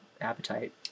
appetite